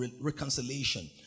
reconciliation